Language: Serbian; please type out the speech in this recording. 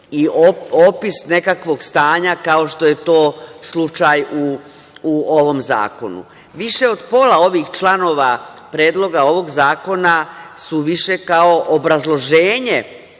opis nekakvog stanja kao što je to slučaj u ovom zakonu. Više od pola ovih članova Predloga ovog zakona su više kao obrazloženje